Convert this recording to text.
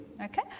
okay